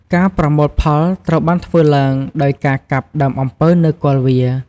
ការប្រមូលផលត្រូវបានធ្វើឡើងដោយការកាប់ដើមអំពៅនៅគល់វា។